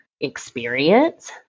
experience